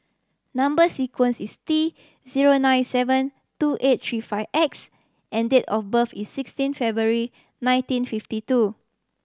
number sequence is T zero nine seven two eight three five X and date of birth is sixteen February nineteen fifty two